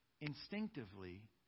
instinctively